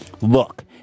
Look